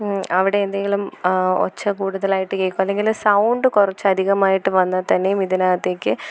അവിടെ എന്തെങ്കിലും ഒച്ച കൂടുതലായിട്ട് കേൾക്കുമോ അല്ലെങ്കിൽ സൗണ്ട് കുറച്ചധികമായിട്ടു വന്നാൽ തന്നെയും ഇതിനകത്തേക്ക്